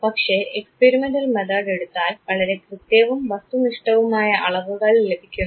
പക്ഷേ experimental method എടുത്താൽ വളരെ കൃത്യവും വസ്തുനിഷ്ഠവുമായ അളവുകൾ ലഭിക്കുന്നു